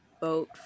vote